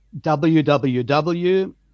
www